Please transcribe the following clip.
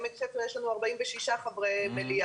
בעמק חפר יש לנו 46 חברי מליאה.